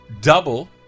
double